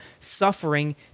suffering